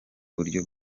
buryo